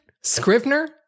Scrivener